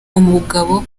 umugabo